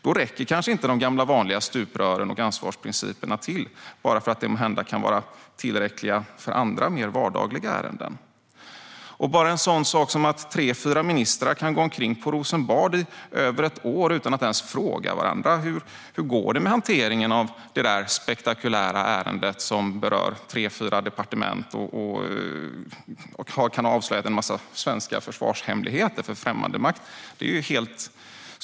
Då räcker kanske inte de gamla vanliga stuprören och ansvarsprinciperna till, bara för att de måhända kan vara tillräckliga för andra mer vardagliga ärenden. Det gäller bara en sådan sak som att tre fyra ministrar kan gå omkring på Rosenbad i över ett år utan att ens fråga varandra: Hur går det med hanteringen av det där spektakulära ärendet som berör tre fyra departement och kan ha avslöjat en massa svenska försvarshemligheter för främmande makt?